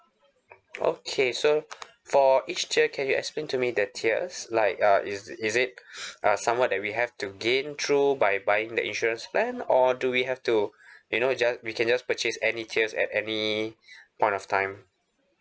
okay so for each tier can you explain to me the tiers like uh is is it uh somewhat that we have to gain through by buying the insurance plan or do we have to you know just we can just purchase any tiers at any point of time